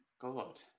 God